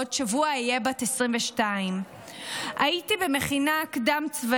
ועוד שבוע אהיה בת 22. הייתי במכינה קדם-צבאית